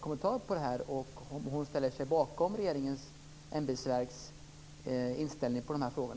kommentar kring det här och om hon ställer sig bakom regeringens ämbetsverks inställning i de här frågorna.